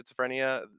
schizophrenia